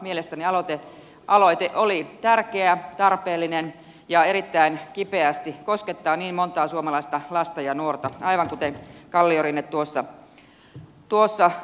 mielestäni aloite oli tärkeä tarpeellinen ja asia erittäin kipeästi koskettaa niin montaa suomalaista lasta ja nuorta aivan kuten kalliorinne tuossa puhui